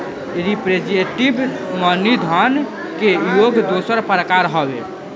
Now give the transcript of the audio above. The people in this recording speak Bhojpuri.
रिप्रेजेंटेटिव मनी धन के एगो दोसर प्रकार हवे